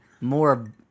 more